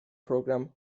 program